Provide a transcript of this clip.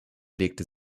legte